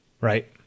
right